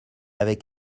avec